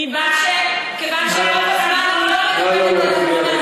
כיוון שרוב הזמן אני לא מדברת על עמונה,